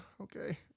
Okay